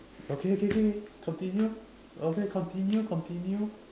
okay okay okay continue okay continue continue